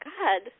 God